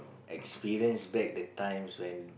experience back the times when